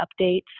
updates